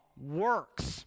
works